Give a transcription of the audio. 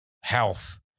health